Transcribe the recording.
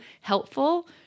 helpful